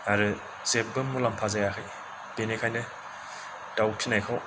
आरो जेबो मुलाम्फा जायाखै बिनिखायनो दाउ फिनायखौ